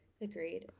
Agreed